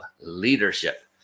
leadership